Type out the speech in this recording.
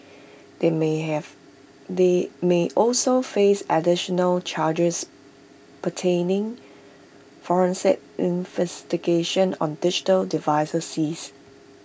they may have they may also face additional charges forensic investigations on digital devices seized